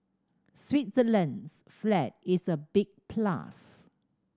Switzerland's flag is a big plus